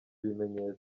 ibimenyetso